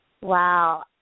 Wow